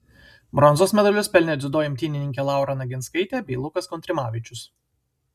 bronzos medalius pelnė dziudo imtynininkė laura naginskaitė bei lukas kontrimavičius